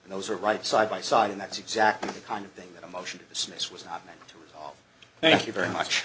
and those are right side by side and that's exactly the kind of thing that a motion to dismiss was not meant to resolve thank you very much